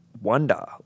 wonder